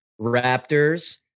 Raptors